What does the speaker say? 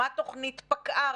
מה תוכנית פקע"ר,